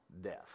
death